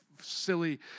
silly